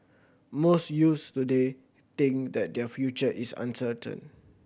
most youths today think that their future is uncertain